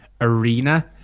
arena